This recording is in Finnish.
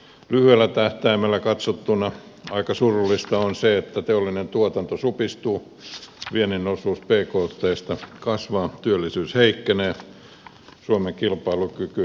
lyhyellä tähtäimellä katsottuna aika surullista on se että teollinen tuotanto supistuu viennin osuus bktsta kasvaa työllisyys heikkenee suomen kilpailukyky rapautuu